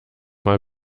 mal